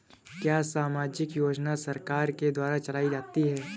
क्या सामाजिक योजना सरकार के द्वारा चलाई जाती है?